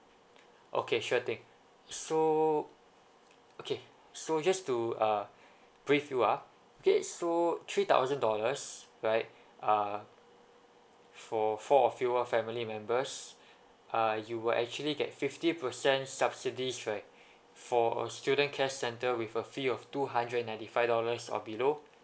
okay sure thing so okay so just to uh brief you ah okay so three thousand dollars right ah for four of you all family members uh you will actually get fifty percent subsidies right for a student care center with a fee of two hundred and ninety five dollars or below